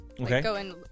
Okay